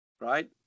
Right